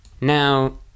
now